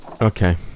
Okay